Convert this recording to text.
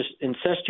incestuous